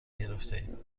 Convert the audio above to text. گرفتهاید